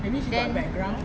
then